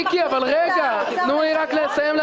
נכון לעכשיו משתמשים בקו 11,